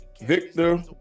Victor